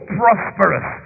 prosperous